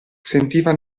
sentiva